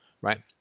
right